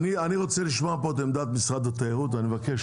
אני רוצה לשמוע את עמדת משרד התיירות, ואני מבקש